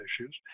issues